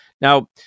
Now